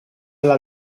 alla